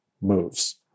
moves